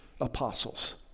apostles